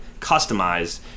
customized